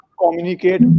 communicate